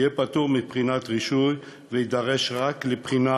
יהיה פטור מבחינת רישוי ויידרש רק לבחינה